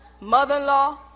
Mother-in-law